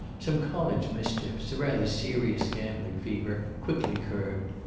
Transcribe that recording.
some college mischiefs, a rather serious gambling fever, quickly curbed.